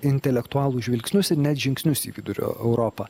intelektualų žvilgsnius ir net žingsnius į vidurio europą